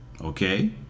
okay